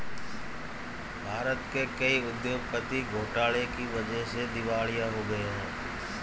भारत के कई उद्योगपति घोटाले की वजह से दिवालिया हो गए हैं